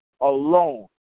alone